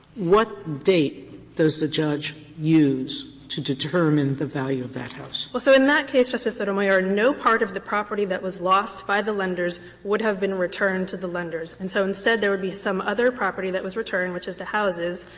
what date does the judge use to determine the value of that house? harrington well, so, in that case, justice sotomayor, no part of the property that was lost by the lenders would have been returned to the lenders. and so instead there would be some other property that was returned, which is the houses,